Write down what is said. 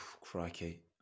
crikey